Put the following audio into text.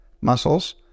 muscles